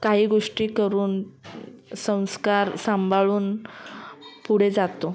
काही गोष्टी करून संस्कार सांभाळून पुढे जातो